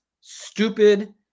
stupid